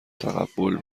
تقبل